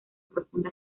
profunda